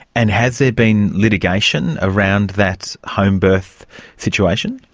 and has there been litigation around that homebirth situation?